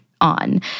on